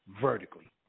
vertically